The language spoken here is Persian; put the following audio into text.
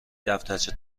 دفترچه